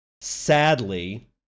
sadly